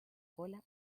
cola